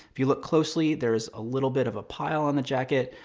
if you look closely, there's a little bit of a pile on the jacket.